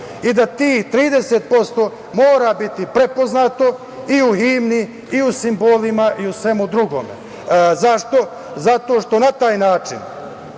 i da tih 30% mora biti prepoznato i u himni, i u simbolima i u svemu drugome. Zašto? Zato što ćemo na taj način